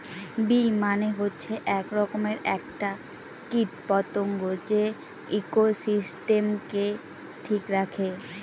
bee মানে হচ্ছে এক রকমের একটা কীট পতঙ্গ যে ইকোসিস্টেমকে ঠিক রাখে